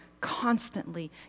constantly